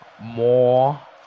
more